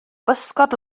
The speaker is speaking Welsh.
bysgod